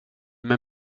mig